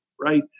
right